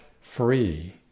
free